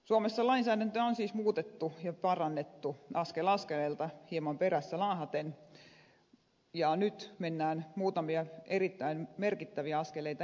suomessa lainsäädäntöä on siis muutettu ja parannettu askel askeleelta hieman perässä laahaten ja nyt mennään muutamia erittäin merkittäviä askeleita eteenpäin